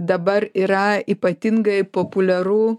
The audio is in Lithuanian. dabar yra ypatingai populiaru